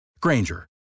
Granger